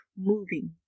moving